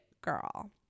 girl